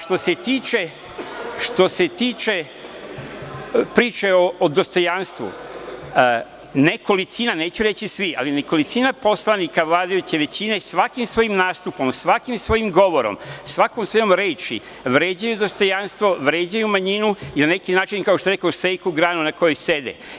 Što se tiče priče o dostojanstvu, neću reći svi, ali nekolicina poslanika vladajuće većine, svakim svojim nastupom, svakim svojim govorom, svakom svojom rečju, vređaju dostojanstvo, vređaju manjinu i na neki način, kao što bih rekao, seku granu na kojoj sede.